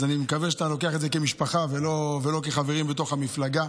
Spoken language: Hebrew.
אז אני מקווה שאתה לוקח את זה כמשפחה ולא כחברים בתוך המפלגה.